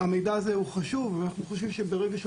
המידע הזה הוא חשוב אבל אנחנו חושבים שברגע שהוא